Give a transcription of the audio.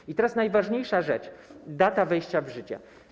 I teraz najważniejsza rzecz - data wejścia w życie.